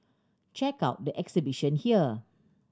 check out the exhibition here